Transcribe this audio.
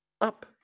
up